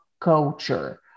culture